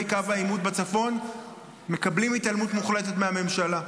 קו העימות בצפון מקבלים התעלמות מוחלטת מהממשלה?